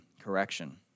correction